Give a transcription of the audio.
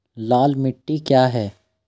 लाल मिट्टी क्या है?